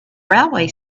railway